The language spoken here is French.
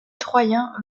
troyens